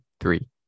three